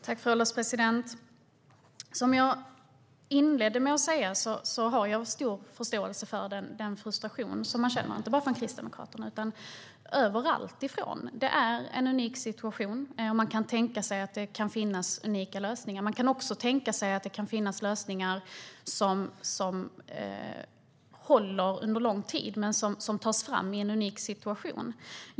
Fru ålderspresident! Som jag inledde med att säga har jag stor förståelse för den frustration som man känner, inte bara från Kristdemokraterna utan överallt. Det är en unik situation. Man kan tänka sig att det kan finnas unika lösningar. Man kan också tänka sig att det kan finnas lösningar som håller under lång tid men som tas fram i en unik situation.